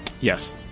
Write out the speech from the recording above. Yes